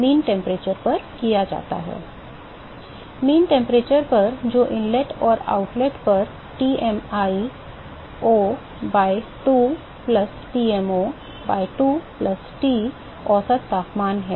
औसत तापमान पर जो इनलेट और आउटलेट पर Tmi o by 2 plus Tmo by 2 plus T औसत तापमान है